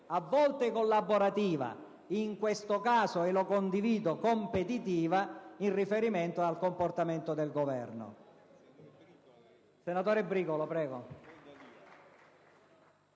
a volte collaborativa; in questo caso, e lo condivido, competitiva - in riferimento al comportamento del Governo.